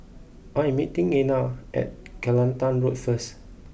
I am meeting Ena at Kelantan Road first